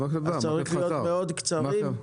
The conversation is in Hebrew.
אז צריך להיות מאוד קצרים.